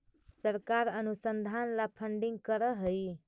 सरकार अनुसंधान ला फंडिंग करअ हई